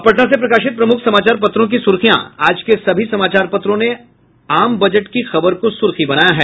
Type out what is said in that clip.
अब पटना से प्रकाशित प्रमुख समाचार पत्रों की सुर्खियां आज के सभी समाचार पत्रों ने आज आम बजट की खबर को सुर्खी बनाया है